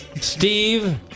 Steve